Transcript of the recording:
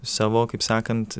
savo kaip sakant